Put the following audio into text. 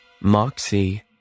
Moxie